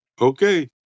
Okay